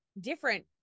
different